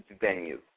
venue